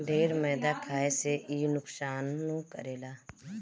ढेर मैदा खाए से इ नुकसानो करेला